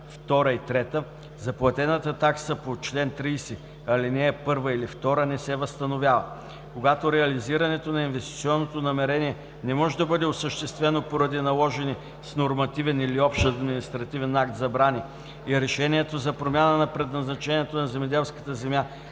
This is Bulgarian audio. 2 и 3 заплатената такса по чл. 30, ал. 1 или 2 не се възстановява. Когато реализирането на инвестиционното намерение не може да бъде осъществено поради наложени с нормативен или общ административен акт забрани и решението за промяна на предназначението на земеделската земя